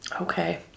Okay